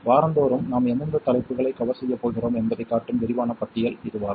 வாரந்தோறும் நாம் எந்தெந்த தலைப்புகளை கவர் செய்யப் போகிறோம் என்பதைக் காட்டும் விரிவான பட்டியல் இதுவாகும்